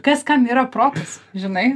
kas kam yra protas žinai